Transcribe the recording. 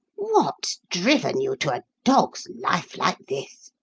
what's driven you to a dog's life like this?